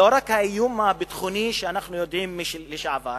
לא רק האיום הביטחוני, שאנחנו יודעים מהעבר,